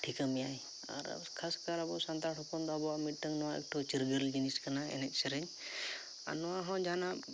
ᱴᱷᱤᱠᱟᱹ ᱢᱮᱭᱟᱭ ᱟᱨ ᱠᱷᱟᱥ ᱠᱟᱨ ᱟᱵᱚ ᱥᱟᱱᱛᱟᱲ ᱦᱚᱯᱚᱱ ᱫᱚ ᱟᱵᱚᱣᱟᱜ ᱢᱤᱫᱴᱟᱝ ᱱᱚᱣᱟ ᱮᱠᱴᱩ ᱪᱤᱨᱜᱟᱹᱞ ᱡᱤᱱᱤᱥ ᱠᱟᱱᱟ ᱮᱱᱮᱡ ᱥᱮᱨᱮᱧ ᱟᱨ ᱱᱚᱣᱟ ᱦᱚᱸ ᱡᱟᱦᱟᱱᱟᱜ